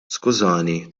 skużani